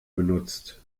benutzt